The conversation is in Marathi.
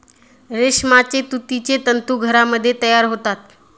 रेशमाचे तुतीचे तंतू घरामध्ये तयार होतात